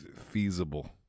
feasible